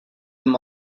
them